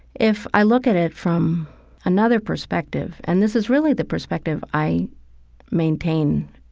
if i look at it from another perspective, and this is really the perspective i maintain,